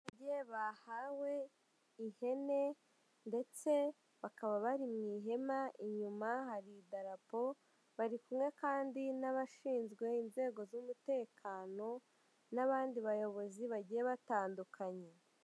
Ababyeyi bahawe ihene ndetse bakaba bari mu ihema, inyuma hari idarapo, bari kumwe kandi n'abashinzwe inzego z'umutekano n'abandi bayobozi bagiye batandukanye.